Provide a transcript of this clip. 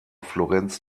florenz